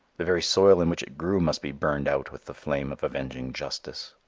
the very soil in which it grew must be burned out with the flame of avenging justice.